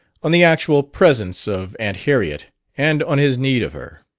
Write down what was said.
on the actual presence of aunt harriet and on his need of her.